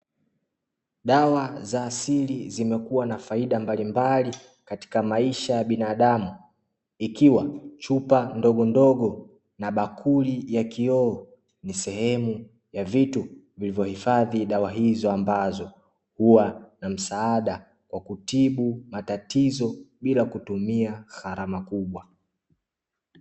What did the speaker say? Dawa za asili zimekua na faida mbalimbali katika maisha ya binadamu, ikiwa chupa ndogo ndogo na bakuli ya kioo ni sehemu ya vitu vilivyohifadhi dawa hizo ambazo hua na msaada wa kutibu matatizo bila kutumia gharama kubwa.